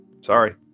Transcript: sorry